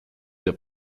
der